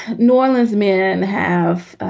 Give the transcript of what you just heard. new orleans, men have